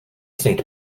saint